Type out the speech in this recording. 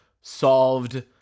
solved